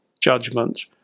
judgment